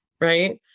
right